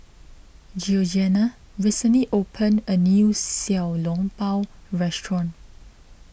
Georgiana recently opened a new Xiao Long Bao restaurant